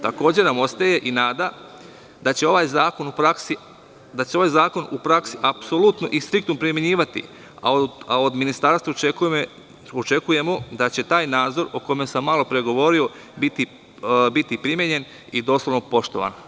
Takođe, nam ostaje nada da će se ovaj zakon u praksi i striktno primenjivati, a od ministarstva očekujemo da će taj nadzor o kome sam malo pre govorio biti primenjen i dosledno poštovan.